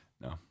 No